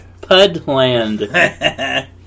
Pudland